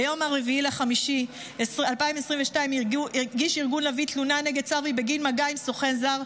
ביום 4 במאי 2022 הגיש ארגון לביא תלונה נגד צברי בגין מגע עם סוכן זר,